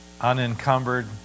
unencumbered